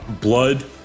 Blood